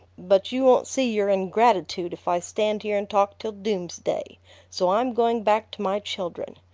but you won't see your ingratitude if i stand here and talk till doomsday so i'm going back to my children.